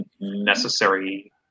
necessary